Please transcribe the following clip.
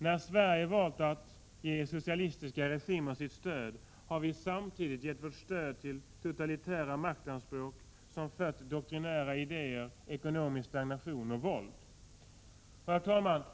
När Sverige valt att ge socialistiska regimer sitt stöd har vi samtidigt gett vårt stöd till totalitära maktanspråk, som fött doktrinära idéer, ekonomisk stagnation och våld. Herr talman!